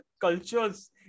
cultures